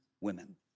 women